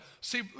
See